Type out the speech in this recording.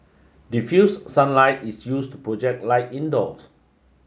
diffused sunlight is used to project light indoors